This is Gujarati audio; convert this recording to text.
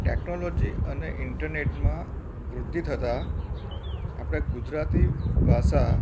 ટેકનોલોજી અને ઇન્ટરનેટમાં વૃદ્ધિ થતાં આપણે ગુજરાતી ભાષા